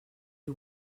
who